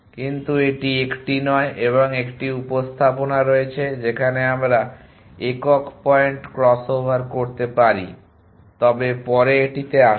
কিন্তু এটি 1টি নয় এবং 1টি উপস্থাপনা রয়েছে যেখানে আমরা একক পয়েন্ট ক্রস ওভার করতে পারি তবে পরে এটিতে আসব